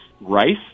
rice